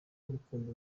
ubukombe